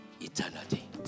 eternity